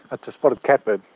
ah it's a spotted catbird!